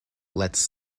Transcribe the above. lets